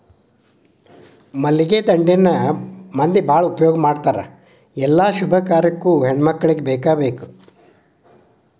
ಮಲ್ಲಿಗೆ ದಂಡೆನ ಮಂದಿ ಬಾಳ ಉಪಯೋಗ ಮಾಡತಾರ ಎಲ್ಲಾ ಶುಭ ಕಾರ್ಯಕ್ಕು ಹೆಣ್ಮಕ್ಕಳಿಗೆ ಬೇಕಬೇಕ